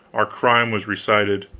our crime was recited,